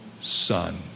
son